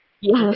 Yes